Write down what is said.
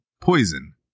poison